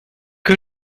que